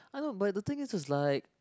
I know but the thing is was like